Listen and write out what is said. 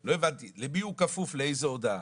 לא הבנתי, למי הוא כפוף, לאיזה הודעה.